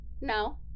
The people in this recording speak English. No